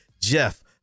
Jeff